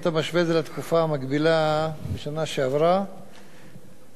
בשנה שעברה היו באותה תקופה 165 בני-אדם,